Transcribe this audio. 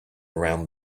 around